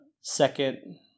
second